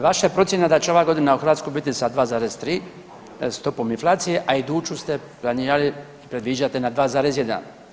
Vaša je procjena da će ova godina u Hrvatskoj biti sa 2,3 stopom inflacije, a iduću ste planirali, predviđate na 2,1.